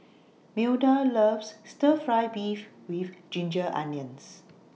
Milda loves Stir Fry Beef with Ginger Onions